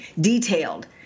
Detailed